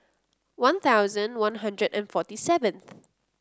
One Thousand One Hundred and forty seventh